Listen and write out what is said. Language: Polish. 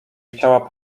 chciała